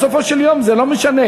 בסופו של דבר זה לא משנה.